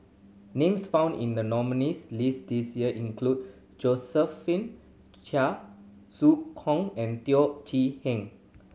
names found in the nominees' list this year include Josephine Chia Zhu Kong and Teo Chee Hean